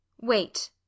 Wait